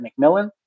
McMillan